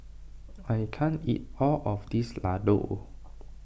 I can't eat all of this Ladoo